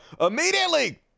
immediately